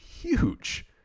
huge